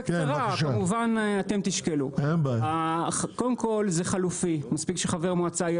קודם כל זה חלופי מספיק שלחבר מועצה יהיה